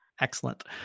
Excellent